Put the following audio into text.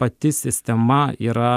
pati sistema yra